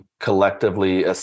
collectively